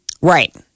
Right